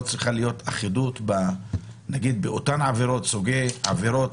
צריכה להיות אחידות באותם סוגי עבירות?